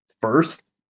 first